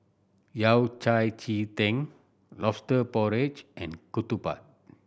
Yao Cai ji tang Lobster Porridge and ketupat